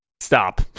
Stop